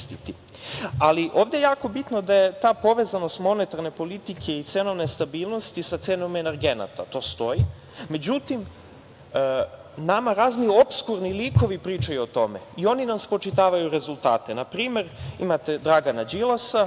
je jako bitno da je ta povezanost monetarne politike i cenovne stabilnosti sa cenom energenata. To stoji, međutim nama razni opskurni likovi pričaju o tome i oni nam spočitavaju rezultate. Na primer, imate Dragana Đilasa,